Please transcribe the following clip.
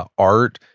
ah art,